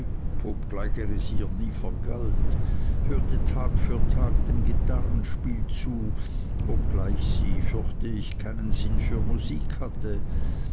ihr nie vergalt hörte tag für tag dem gitarrenspiel zu obgleich sie fürchte ich keinen sinn für musik hatte